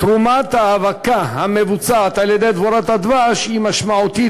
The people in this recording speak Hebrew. תרומת ההאבקה המבוצעת על-ידי דבורת הדבש היא משמעותית,